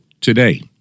today